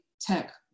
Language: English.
tech